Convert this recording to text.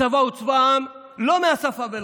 הצבא הוא צבא העם לא מהשפה ולחוץ.